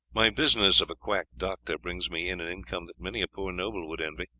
my business of a quack doctor brings me in an income that many a poor nobleman would envy.